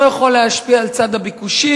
הוא יכול להשפיע על צד הביקושים,